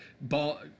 ball